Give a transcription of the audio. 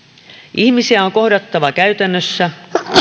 ihmisiä on kohdattava käytännössä